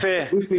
אפי,